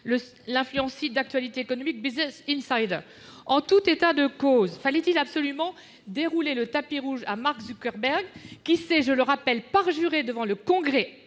l'influent site d'actualité économique En tout état de cause, fallait-il absolument dérouler le tapis rouge à Mark Zuckerberg, qui s'est, je le rappelle, parjuré devant le Congrès